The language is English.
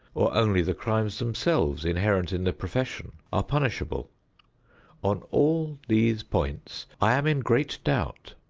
or only the crimes themselves inherent in the profession are punishable on all these points i am in great doubt.